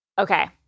Okay